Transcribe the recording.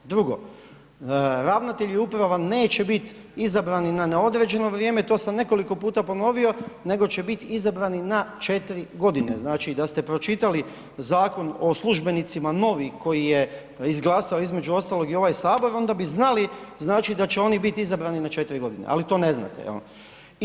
Drugo, ravnatelji uprava neće bit izabrani na neodređeno vrijeme, to sam nekoliko puta ponovio, nego će bit izabrano na 4.g., znači da ste pročitali Zakon o službenicima novi koji je izglasao između ostalog i ovaj HS, onda bi znali znači da će oni bit izabrani na 4.g., ali to ne znate, jel?